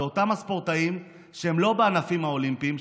אותם הספורטאים שהם לא בענפים האולימפיים,